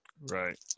Right